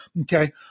Okay